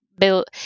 built